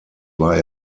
war